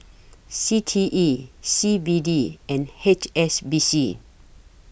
C T E C B D and H S B C